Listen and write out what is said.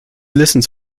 listens